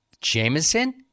Jameson